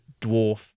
dwarf